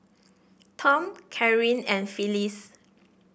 Tom Caryn and Phylis